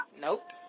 Nope